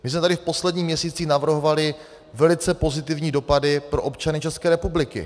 My jsme tady v posledních měsících navrhovali velice pozitivní dopady pro občany České republiky.